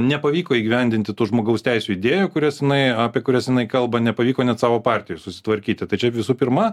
nepavyko įgyvendinti tų žmogaus teisių idėjų kurias jinai apie kurias jinai kalba nepavyko net savo partijoj susitvarkyti tačiau visų pirma